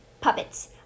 puppets